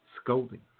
scolding